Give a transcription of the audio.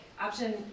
option